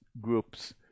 groups